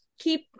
keep